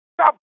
Stop